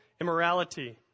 immorality